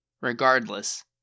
Regardless